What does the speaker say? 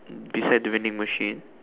beside the vending machine